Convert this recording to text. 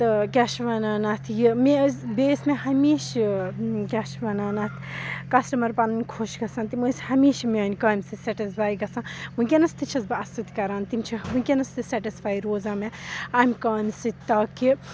تہٕ کیاہ چھِ وَنان اَتھ یہِ مےٚ ٲسۍ بیٚیہِ ٲسۍ مےٚ ہمیشہٕ کیٛاہ چھِ وَنان اَتھ کَسٹٕمَر پَنٕنۍ خۄش گژھان تِم ٲسۍ ہمیشہِ میٛانہِ کامہِ سۭتۍ سٮ۪ٹٕسفاے گژھان وٕنکٮ۪نَس تہِ چھَس بہٕ اَتھ سۭتۍ کَران تِم چھِ وٕنکٮ۪نَس تہِ سیٚٹٕسفاے روزان مےٚ اَمہِ کامہِ سۭتۍ تاکہِ